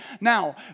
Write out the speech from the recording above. Now